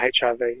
HIV